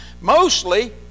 mostly